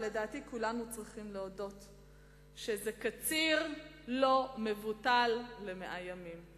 ולדעתי כולנו צריכים להודות שזה קציר לא מבוטל ל-100 ימים,